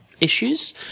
issues